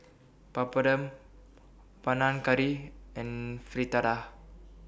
Papadum Panang Curry and Fritada